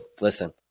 listen